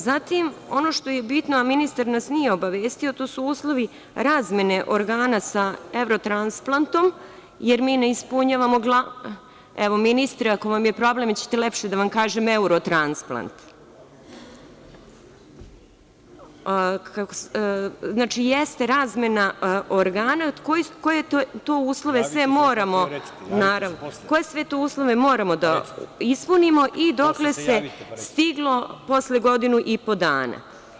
Zatim, ono što je bitno, a ministar nas nije obavestio, a to su uslovi razmene organa sa Evrotlansplantom, jer mi ne ispunjavamo, evo, ministre, ako vam je problem hoćete lepše da vam kažem, Eurotransplant, znači, jeste razmena organa od koje sve to uslove moramo da ispunimo i dokle se stiglo posle godinu i po dana.